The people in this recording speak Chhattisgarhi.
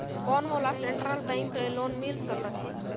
कौन मोला सेंट्रल बैंक ले लोन मिल सकथे?